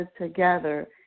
together